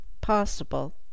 possible